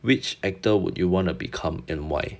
which actor would you wanna become and why